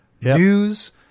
news